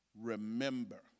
remember